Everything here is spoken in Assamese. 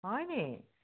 হয়নি